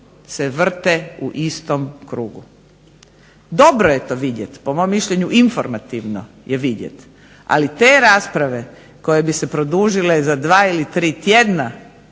se vrte u istom krugu. Dobro je to vidjeti, po mom mišljenju informativno je vidjeti, ali te rasprave koje bi se produžile za 2 ili 3 tjedna